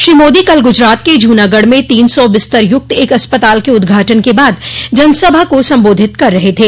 श्री मोदी ने कल गुजरात के जूनागढ़ में तीन सौ बिस्तर युक्त एक अस्पताल के उद्घाटन के बाद जनसभा को सबोधित कर रहे थे